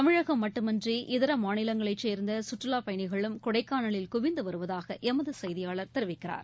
தமிழகம் மட்டுமின்றி இதர மாநிலங்களைச் சேர்ந்த சுற்றுலாப் பயணிகளும் கொடைக்காளலில் குவிந்து வருவதாக எமது செய்தியாளர் தெரிவிக்கிறார்